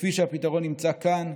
שכפי שהפתרון נמצא כאן,